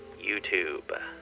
YouTube